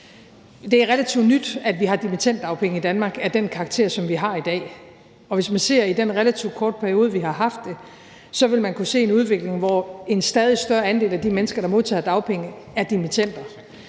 Det er relativt nyt, at vi har dimittenddagpenge i Danmark af den karakter, som vi har i dag, og hvis man ser på den relativt korte periode, vi har haft det, vil man kunne se en udvikling, hvor en stadig større andel af de mennesker, der modtager dagpenge, er dimittender,